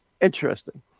interesting